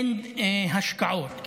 אין השקעות,